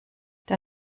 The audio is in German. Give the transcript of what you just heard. der